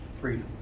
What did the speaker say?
Freedom